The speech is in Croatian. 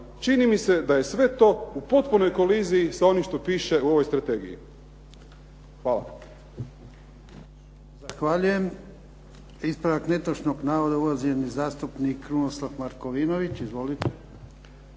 Čini mi se da je sve to u potpunoj koliziji sa onim što piše u ovoj strategiji. Hvala.